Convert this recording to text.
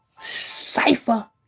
cipher